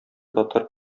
татар